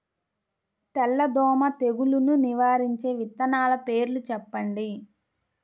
తెల్లదోమ తెగులును నివారించే విత్తనాల పేర్లు చెప్పండి?